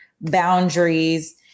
boundaries